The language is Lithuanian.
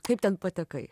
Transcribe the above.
kaip ten patekai